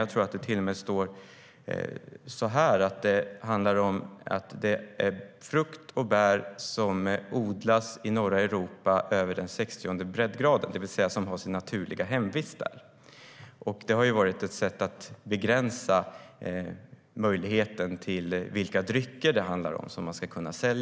Jag tror att det till och med står att det ska vara frukt och bär som odlas i norra Europa norr om den 60:e breddgraden, det vill säga som har sin naturliga hemvist där. Det har varit ett sätt att begränsa möjligheten när det gäller vilka drycker det handlar om som man ska kunna sälja.